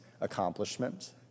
accomplishment